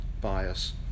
bias